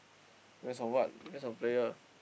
depends on what depends on the player